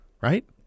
Right